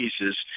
pieces